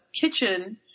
kitchen